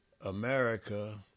America